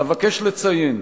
אבקש לציין,